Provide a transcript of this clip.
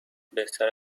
بهتر